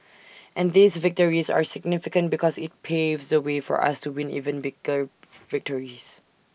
and these victories are significant because IT paves the way for us to win even bigger victories